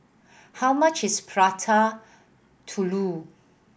how much is Prata Telur